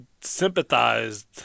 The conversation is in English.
sympathized